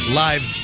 live